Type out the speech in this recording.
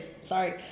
Sorry